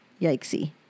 Yikesy